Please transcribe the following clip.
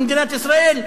למדינת ישראל,